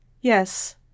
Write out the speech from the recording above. Yes